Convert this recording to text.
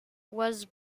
was